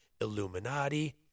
Illuminati